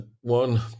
one